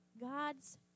God's